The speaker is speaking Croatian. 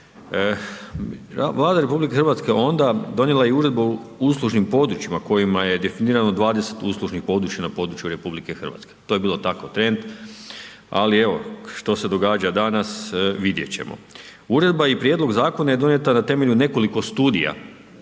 Vlada RH onda donijela je i Uredbu o uslužnim područjima kojima je definirano 20 uslužnih područja na području RH. To je bilo tako trend, ali evo, što se događa danas, vidjeti ćemo. Uredba i prijedlog zakona je donijeta na temelju nekoliko studija